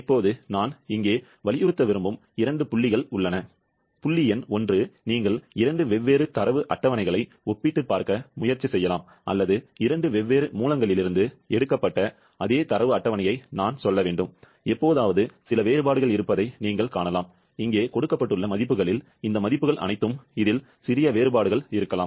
இப்போது நான் இங்கே வலியுறுத்த விரும்பும் இரண்டு புள்ளிகள் உள்ளன புள்ளி எண் 1 நீங்கள் இரண்டு வெவ்வேறு தரவு அட்டவணைகளை ஒப்பிட்டுப் பார்க்க முயற்சி செய்யலாம் அல்லது இரண்டு வெவ்வேறு மூலங்களிலிருந்து எடுக்கப்பட்ட அதே தரவு அட்டவணையை நான் சொல்ல வேண்டும் எப்போதாவது சில வேறுபாடுகள் இருப்பதை நீங்கள் காணலாம் இங்கே கொடுக்கப்பட்டுள்ள மதிப்புகளில் இந்த மதிப்புகள் அனைத்தும் இதில் சிறிய வேறுபாடுகள் இருக்கலாம்